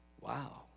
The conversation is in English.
Wow